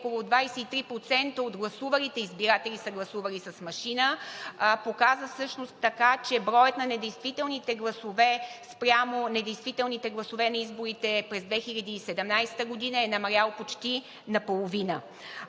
около 23% от гласувалите избиратели са гласували с машина. Показа също така, че броят на недействителните гласове спрямо недействителните гласове на изборите през 2017 г. е намалял почти наполовина.